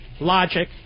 logic